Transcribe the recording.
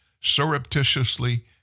surreptitiously